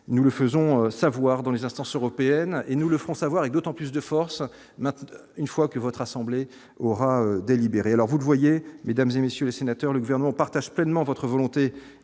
nous le faisons savoir dans les instances européennes et nous le ferons savoir est d'autant plus de force, maintenant une fois que votre assemblée aura délibéré alors vous le voyez mesdames et messieurs les sénateurs, le gouvernement partage pleinement votre volonté